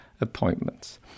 Appointments